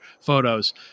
photos